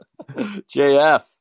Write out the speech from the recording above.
JF